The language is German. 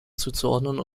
zuzuordnen